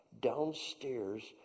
downstairs